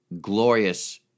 glorious